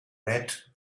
red